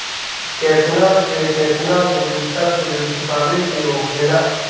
केतना से केतना दिन तक ऋण चुकावे के होखेला?